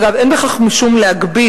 אגב, אין בכך משום הגבלה.